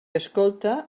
escolta